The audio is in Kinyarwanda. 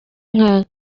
nka